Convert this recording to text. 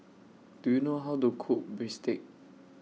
Do YOU know How to Cook Bistake